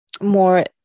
more